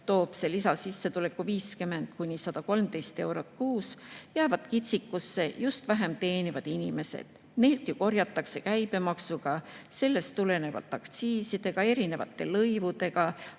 toob see lisasissetuleku 50–113 eurot kuus. Kitsikusse jäävad just vähem teenivad inimesed. Neilt ju korjatakse käibemaksuga, sellest tulenevalt aktsiisidega, erinevate lõivudega,